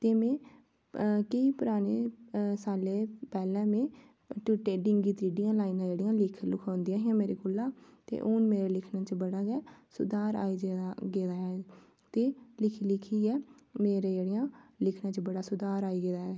ते में केईं पराने साले पैह्लै में डींगी त्रेह्डियां लाइनां जेह्डियां लखोंदियां हियां मेरे कोला ते हून मेरे लिखने च बड़ा गै सुधार आई गेआ ऐ ते लिखी लिखियै मेरे जेह्डियां लिखने च बड़ा सुधार आई गेदा ऐ